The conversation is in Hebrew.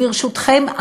ברשותכם,